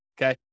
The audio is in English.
okay